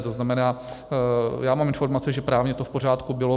To znamená, já mám informace, že právně to v pořádku bylo.